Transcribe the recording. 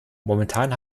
momentan